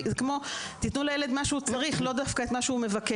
זה כמו שתיתנו לילד את מה שהוא צריך ולאו דווקא את מה שהוא מבקש.